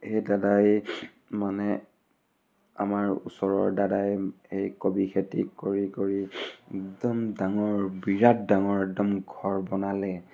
সেই দাদাই মানে আমাৰ ওচৰৰ দাদাই সেই কবি খেতি কৰি কৰি একদম ডাঙৰ বিৰাট ডাঙৰ একদম ঘৰ বনালে